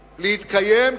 להתקיים,